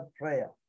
prayer